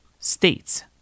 States